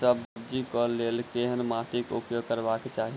सब्जी कऽ लेल केहन माटि उपयोग करबाक चाहि?